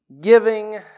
giving